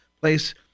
place